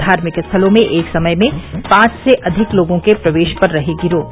धार्मिक स्थलों में एक समय में पांच से अधिक लोगों के प्रवेश पर रहेगी रोक